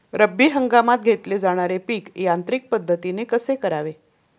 रब्बी हंगामात घेतले जाणारे पीक यांत्रिक पद्धतीने कसे करावे?